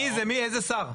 מי זה, איזה שר?